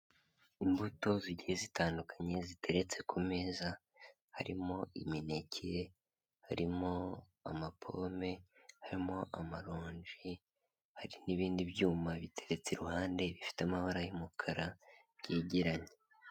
Imbuto zigiye zitandukanye ziteretse ku meza harimo imineke, harimo amapome, harimo amaronji, hari n'ibindi byuma biteretse iruhande bifite amabara y'umukara byigeranye.